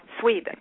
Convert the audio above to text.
Sweden